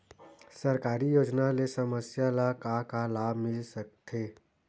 सरकारी योजना ले समस्या ल का का लाभ मिल सकते?